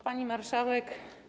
Pani Marszałek!